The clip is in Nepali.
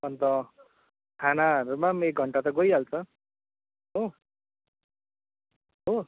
अन्त खानाहरूमा पनि एक घन्टा त गइहाल्छ हो हो